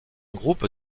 groupe